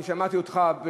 אני שמעתי אותך,